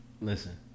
Listen